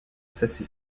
cessé